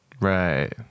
Right